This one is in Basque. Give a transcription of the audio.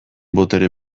botere